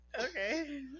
Okay